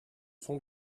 son